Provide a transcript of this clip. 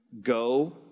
go